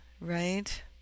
right